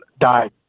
died